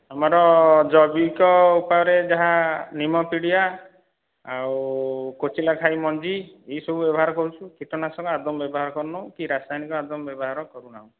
ଆମର ଜୈବିକ ଉପାୟରେ ଯାହା ନିମ ପିଡ଼ିଆ ଆଉ କୋଚିଲାଖାଇ ମଞ୍ଜି ଏହି ସବୁକୁ ବ୍ୟବହାର କରୁଛୁ କୀଟନାଶକ ଆଦୌ ବ୍ୟବହାର କରୁନୁ କି ରାସାୟନିକ ଆଦୌ ବ୍ୟବହାର କରୁନାହୁଁ